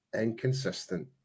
inconsistent